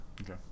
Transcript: Okay